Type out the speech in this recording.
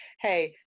hey